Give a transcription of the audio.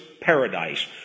paradise